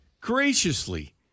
graciously